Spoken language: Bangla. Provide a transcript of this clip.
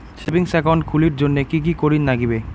সেভিঙ্গস একাউন্ট খুলির জন্যে কি কি করির নাগিবে?